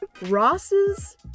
Ross's